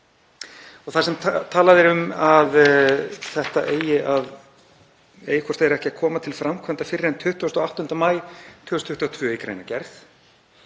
Þar sem talað er um að þetta eigi hvort eð er ekki að koma til framkvæmda fyrr en 28. maí 2022 í greinargerð